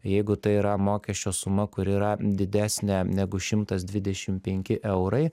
jeigu tai yra mokesčio suma kuri yra didesnė negu šimtas dvidešim penki eurai